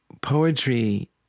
poetry